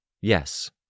Yes